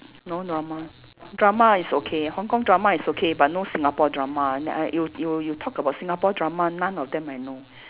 no normal drama is okay Hong-Kong drama is okay but no Singapore drama and I you you you talk about Singapore drama none of them I know